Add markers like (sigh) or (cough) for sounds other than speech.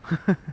(laughs)